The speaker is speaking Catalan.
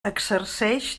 exerceix